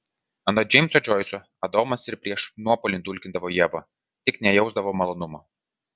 anot džeimso džoiso adomas ir prieš nuopuolį dulkindavo ievą tik nejausdavo malonumo